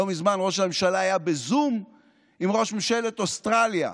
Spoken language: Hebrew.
לא מזמן ראש הממשלה היה בזום עם ראש ממשלת אוסטרליה,